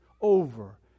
over